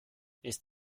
ist